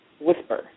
Whisper